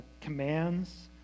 commands